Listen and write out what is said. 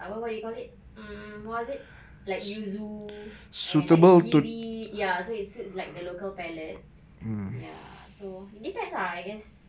ah what what do you call it mm what was it like yuzu and like seaweed ya so it's like the local palate ya so it depends I guess